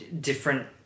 different